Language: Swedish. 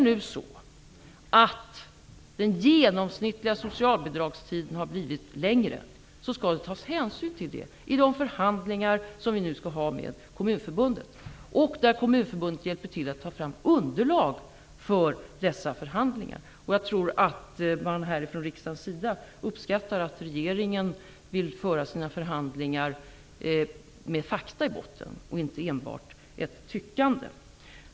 Om den genomsnittliga socialbidragstiden nu har blivit längre skall det tas hänsyn till det i de förhandlingar som vi nu skall ha med Kommunförbundet, som nu hjälper till att ta fram underlag för dessa förhandlingar. Jag tror att riksdagen uppskattar att regeringen vill föra sina förhandlingar med fakta i botten och inte enbart ett tyckande.